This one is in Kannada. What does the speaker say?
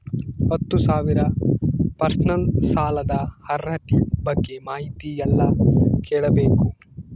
ಹತ್ತು ಸಾವಿರ ಪರ್ಸನಲ್ ಸಾಲದ ಅರ್ಹತಿ ಬಗ್ಗೆ ಮಾಹಿತಿ ಎಲ್ಲ ಕೇಳಬೇಕು?